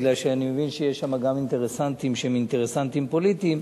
מפני שאני מבין שיש שם גם אינטרסנטים שהם אינטרסנטים פוליטיים.